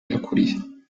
yakuriye